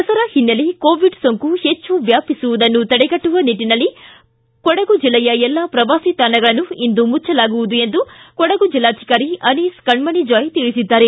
ದಸರಾ ಹಿನ್ನೆಲೆ ಕೋವಿಡ್ ಸೋಂಕು ಹೆಚ್ಚು ವ್ಯಾಪಿಸುವುದನ್ನು ತಡೆಗಟ್ಟುವ ನಿಟ್ಟನಲ್ಲಿ ಕೊಡಗು ಜಿಲ್ಲೆಯ ಎಲ್ಲಾ ಪ್ರವಾಸಿ ತಾಣಗಳನ್ನು ಇಂದು ಮುಚ್ವಲಾಗುವುದು ಎಂದು ಕೊಡಗು ಜಿಲ್ಲಾಧಿಕಾರಿ ಅನೀಸ್ ಕಣ್ಮಣಿ ಜಾಯ್ ತಿಳಿಸಿದ್ದಾರೆ